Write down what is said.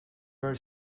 very